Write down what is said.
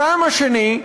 הטעם השני,